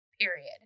period